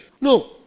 no